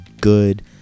good